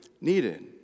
needed